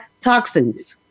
toxins